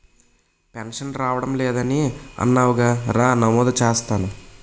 pension రావడం లేదని అన్నావుగా రా నమోదు చేస్తాను